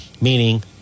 meaning